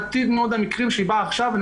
מעטים מאוד המקרים שהיא באה עכשיו ואני